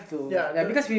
ya don't